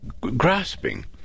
grasping